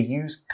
use